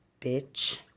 bitch